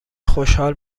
خوشحال